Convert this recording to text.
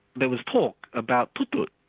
there was talk about tutut,